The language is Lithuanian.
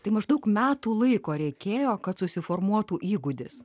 tai maždaug metų laiko reikėjo kad susiformuotų įgūdis